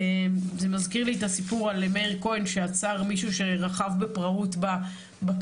זה מזכיר לי את הסיפור על מאיר כהן שעצר מישהו שרכב בפראות בכביש,